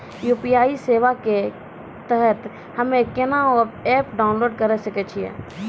UPI सेवा के तहत हम्मे केना एप्प डाउनलोड करे सकय छियै?